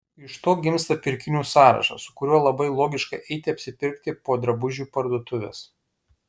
iš to gimsta pirkinių sąrašas su kuriuo labai logiška eiti apsipirkti po drabužių parduotuves